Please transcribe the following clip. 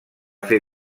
fer